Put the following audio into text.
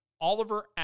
Oliver